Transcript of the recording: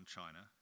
China